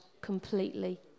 completely